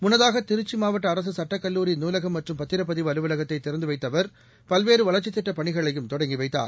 முன்னதாக திருச்சி மாவட்ட அரசு சுட்டக்கல்லூரி நூலகம் மற்றும் பத்திரப்பதிவு அலுவலகத்தை திறந்து வைத்த அவர் பல்வேறு வளர்ச்சித் திட்டப் பணிகளையும் தொடங்கி வைத்தார்